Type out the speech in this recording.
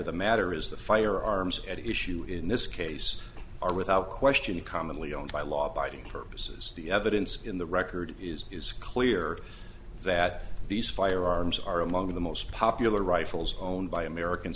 of the matter is the firearms at issue in this case are without question commonly owned by law abiding purposes the evidence in the record is is clear that these firearms are among the most popular rifles owned by american